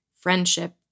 friendship